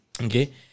okay